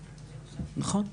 נכון.